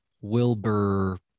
Wilbur